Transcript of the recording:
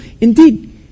Indeed